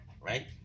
right